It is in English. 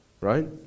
Right